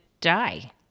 die